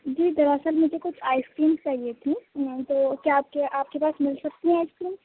جی دراصل مجھے کچھ آئس کریمس چاہیے تھیں نہیں تو کیا آپ کے آپ کے پاس مل سکتی ہیں آئس کریم